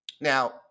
Now